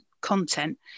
content